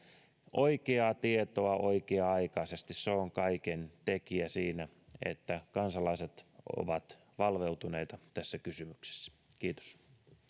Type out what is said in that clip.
oikeaa tietoa oikea aikaisesti se on kaiken tekijä siinä että kansalaiset ovat valveutuneita tässä kysymyksessä kiitos